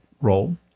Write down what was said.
role